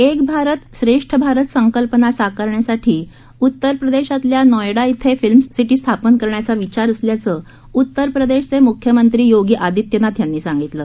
एक भारत श्रेष्ठ भारत संकल्पना साकारण्यासाठी उतर प्रदेशमधल्या नोएडा इथं फिल्मसिटी स्थापन करण्याचा विचार असल्याचं उतर प्रदेशचे मुख्यमंत्री योगी आदित्यनाथ यांनी सांगितलं